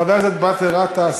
חבר הכנסת באסל גטאס,